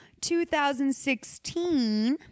2016